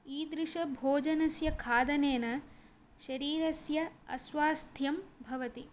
ईदृश भोजनस्य खादनेन शरीरस्य अस्वास्थ्यं भवति